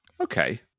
Okay